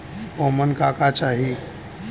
ओमन का का चाही?